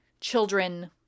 children